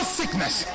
sickness